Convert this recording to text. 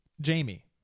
Jamie